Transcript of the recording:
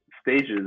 stages